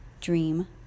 dream